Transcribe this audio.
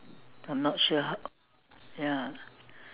I'm not sure how ya